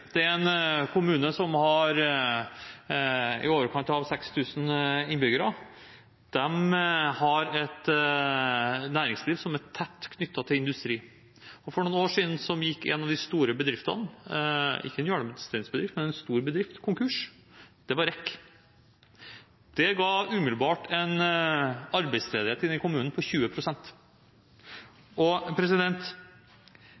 Det er en kommune som har i overkant av 6 000 innbyggere. De har et næringsliv som er tett knyttet til industri. For noen år siden gikk en av de store bedriftene – ikke en hjørnesteinsbedrift, men en stor bedrift – konkurs. Det var REC. Det ga umiddelbart en arbeidsledighet på 20 pst. i denne kommunen.